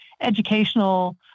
educational